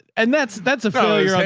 and that's, that's a failure.